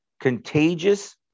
contagious